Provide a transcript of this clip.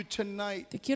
tonight